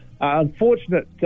unfortunate